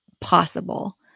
possible